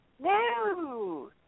No